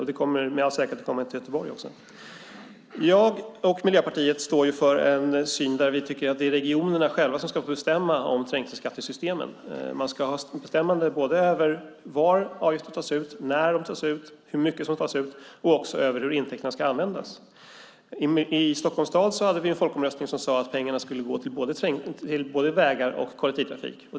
De kommer med all säkerhet till Göteborg också. Jag och Miljöpartiet står för en syn där vi tycker att regionerna själva ska bestämma om trängselskattesystemen. De ska bestämma över var avgiften tas ut, när den ska tas ut, hur mycket som ska tas ut och över hur intäkterna ska användas. I Stockholms stad hade vi en folkomröstning om att pengarna skulle gå till både vägar och kollektivtrafik.